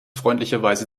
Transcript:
freundlicherweise